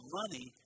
money